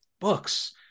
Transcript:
books